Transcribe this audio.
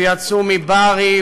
שיצאו מבארי,